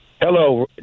Hello